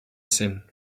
still